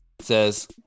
says